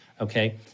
okay